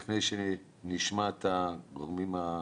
ואני רוצה לפנות אליהם לפני שנשמע את הגורמים המקצועיים.